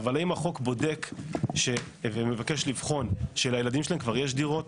אבל האם החוק בודק ומבקש לבחון שלילדים שלהם כבר יש דירות?